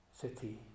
city